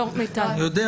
יעל,